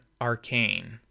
Arcane